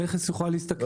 המכס יוכל להסתכל